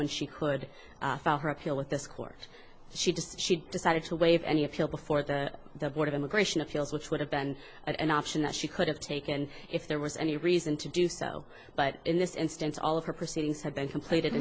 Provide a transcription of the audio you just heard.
when she could follow her appeal with this court she just she decided to waive any appeal before the the board of immigration appeals which would have been an option that she could have taken if there was any reason to do so but in this instance all of her proceedings have been completed